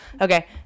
Okay